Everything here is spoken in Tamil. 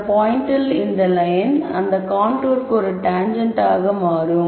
அந்த பாயிண்ட்டில் இந்த லயன் அந்த கான்டூர்க்கு ஒரு டான்ஜெண்ட் ஆக மாறும்